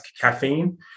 caffeine